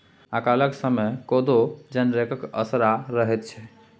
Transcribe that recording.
अकालक समय कोदो जनरेके असरा रहैत छै